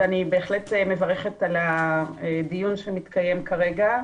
ואני בהחלט מברכת על הדיון שמתקיים כרגע.